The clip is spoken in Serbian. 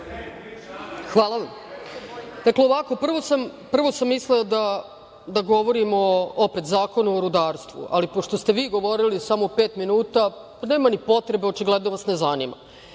Hvala vam. Dakle, ovako prvo sam mislila da govorim o opet o Zakonu o rudarstvu, ali pošto ste vi govorili samo pet minuta, pa nema ni potrebe očigledno vas ne zanima.